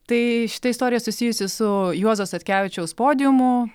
tai šita istorija susijusi su juozo statkevičiaus podiumu